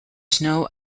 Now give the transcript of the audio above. snow